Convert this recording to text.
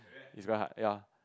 he's very hard ya